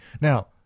Now